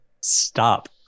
Stop